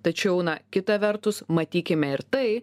tačiau na kita vertus matykime ir tai